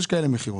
יש כאלה מכירות,